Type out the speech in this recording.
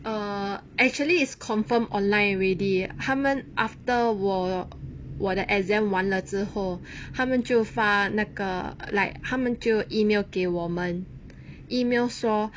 err actually is confirm online already 他们 after 我我的 exam 完了之后他们就发那个 like 他们就 email 给我们 email 说